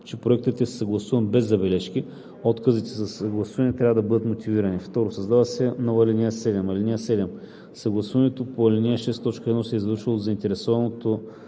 че проектът е съгласуван без забележки; отказите за съгласуване трябва да бъдат мотивирани.“ 2. Създава се нова ал. 7: „(7) Съгласуването по ал. 6, т. 1 се извършва от заинтересуваното